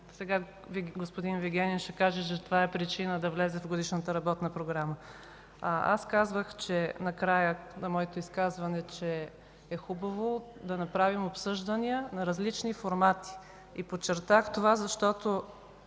Сега господин Вигенин ще каже, че това е причина да влезе в Годишната работна програма. Накрая на моето изказване аз казах, че е хубаво да направим обсъждания на различни формати и подчертах това, защото